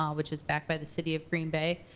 um which is backed by the city of green bay.